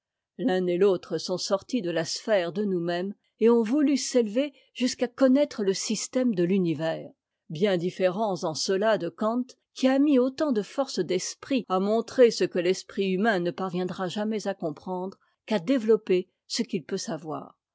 l'un et l'autre sont sortis de la sphère de nous-mêmes et ont voulu s'élever jusqu'à connaître le système de l'univers bien différents en cela de kant qui a mis autant de force d'esprit à montrer ce que l'esprit humain ne parviendra jamais à comprendre qu'à développer ce qu'il peut savoir